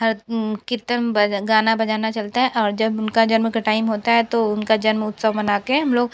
हर कीर्तन बज गाना बजाना चलता हैं और जब उनका जन्म का टाइम होता है तो उनका जन्म उत्सव मनाते हैं हम लोग